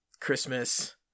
Christmas